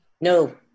No